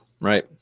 right